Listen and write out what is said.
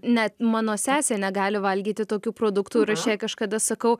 net mano sesė negali valgyti tokių produktų ir aš jai kažkada sakau